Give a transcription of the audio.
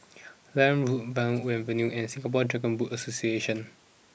Liane Road Yarwood Avenue and Singapore Dragon Boat Association